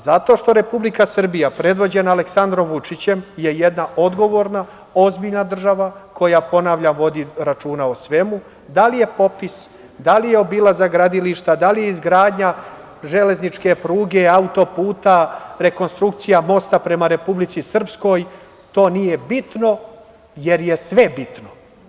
Zato što Republika Srbija, predvođena Aleksandrom Vučićem je jedna odgovorna, ozbiljna država koja, ponavljam, vodi računa o svemu, da li je popis, da li je obilazak gradilišta, da li je izgradnja železničke pruge, auto-puta, rekonstrukcija mosta prema Republici Srpskoj, to nije bitno, jer je sve bitno.